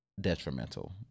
detrimental